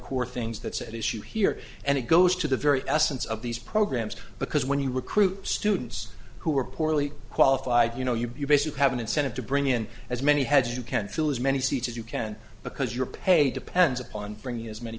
core things that's at issue here and it goes to the very essence of these programs because when you recruit students who are poorly qualified you know you basically have an incentive to bring in as many heads you can fill as many seats as you can because your pay depends upon bringing as many